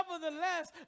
nevertheless